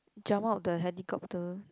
jump out the helicopter